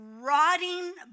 rotting